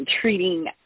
treating